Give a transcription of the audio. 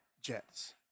Jets